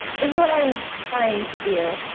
this is what i'm trying to do.